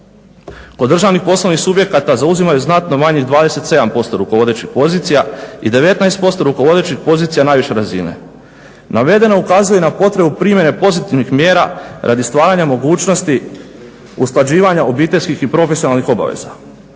kod državnih poslovnih subjekata zauzimaju znatno manje 27% rukovodećih pozicija i 19% rukovodećih pozicija najviše razine. Navedeno ukazuje na potrebu primjene pozitivnih mjera radi stvaranja mogućnosti usklađivanja obiteljskih i profesionalnih obaveza.